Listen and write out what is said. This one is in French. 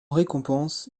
récompense